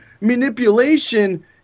manipulation